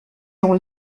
dans